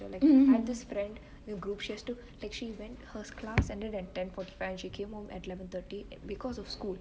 so like we had this friend group she has to like she went her class ended at ten forty five and she came home at eleven thirty because of school